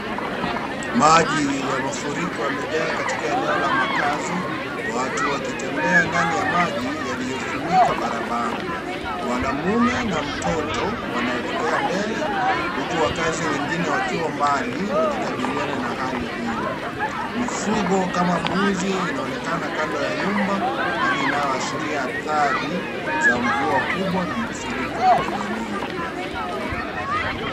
Maji ya mafuriko yamejaa katika eneo la makazi. Watu wakitembea ndani ya maji yaliyofunika barabara. Mwanamme na mtoto wanalekea mbele huku wakazi wengine wakiwa mbali wakikabiliana na hali hiyo. Mifugo kama mbuzi inaonekana kando ya nyumba hali inayoashiria adhari za mvua kubwa na mafuriko kwa jamii.